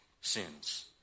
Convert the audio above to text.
sins